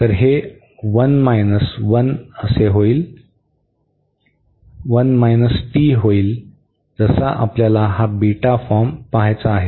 तर हे 1 minus t होईल जसा आपल्याला हा बीटा फॉर्म पहायचा आहे